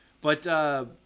But-